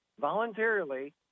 voluntarily